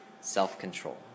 self-control